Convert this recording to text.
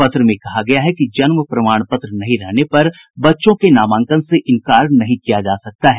पत्र में कहा गया है जन्म प्रमाण पत्र नहीं रहने पर बच्चों के नामांकन से इंकार नहीं किया जा सकता है